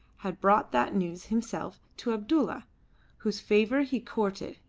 had brought that news himself to abdulla whose favour he courted.